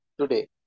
today